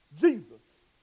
Jesus